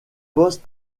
post